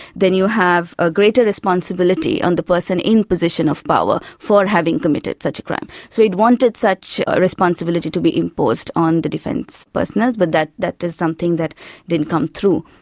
then you have a greater responsibility on the person in position of power for having committed such a crime. so it wanted such responsibility to be interposed on the defence personnel, but that that is something that didn't come through.